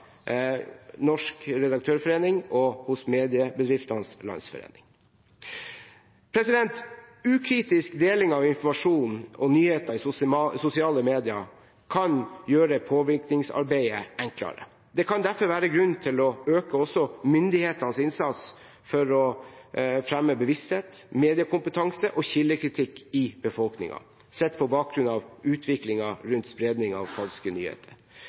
Norsk Redaktørforening og hos Mediebedriftenes Landsforening. Ukritisk deling av informasjon og nyheter i sosiale medier kan gjøre påvirkningsarbeidet enklere. Det kan derfor være grunn til å øke også myndighetenes innsats for å fremme bevissthet, mediekompetanse og kildekritikk i befolkningen sett på bakgrunn av utviklingen rundt spredning av falske nyheter.